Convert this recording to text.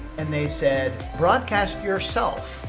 and they said broadcast yourself.